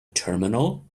terminal